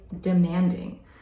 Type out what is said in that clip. demanding